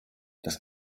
das